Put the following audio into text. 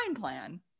plan